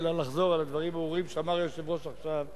אין לי אלא לחזור על הדברים הברורים שאמר היושב-ראש עכשיו.